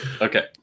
Okay